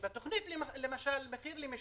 בתוכנית "מחיר למשתכן"